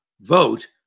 vote